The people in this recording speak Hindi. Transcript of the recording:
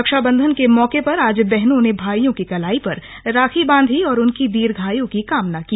रक्षाबंधन के मौके पर आज बहनों ने भाईयों की कलाई पर राखी बांधी और उनकी दीर्घआयु की कामना की